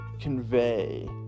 convey